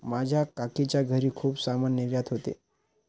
माझ्या काकीच्या घरी खूप सामान निर्यात होते